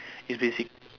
it's basic